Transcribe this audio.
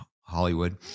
Hollywood